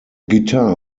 guitar